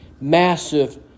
massive